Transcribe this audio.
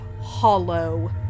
hollow